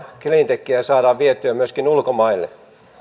cleantechiä saadaan vietyä myöskin ulkomaille